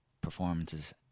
performances